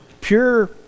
pure